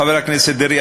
חבר הכנסת דרעי,